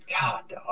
god